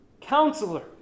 Counselor